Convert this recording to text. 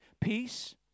peace